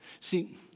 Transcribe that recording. see